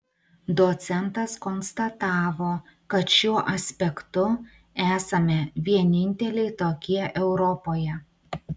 docentas konstatavo kad šiuo aspektu esame vieninteliai tokie europoje